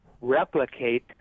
replicate